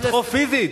לדחוף פיזית.